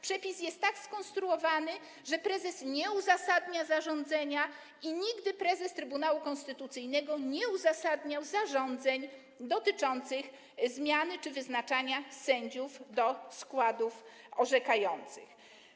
Przepis jest tak skonstruowany, że prezes nie uzasadnia zarządzenia i nigdy prezes Trybunału Konstytucyjnego nie uzasadniał zarządzeń dotyczących zmiany czy wyznaczania sędziów do składów orzekających.